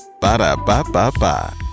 Ba-da-ba-ba-ba